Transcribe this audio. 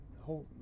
whole